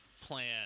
Plan